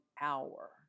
hour